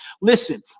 Listen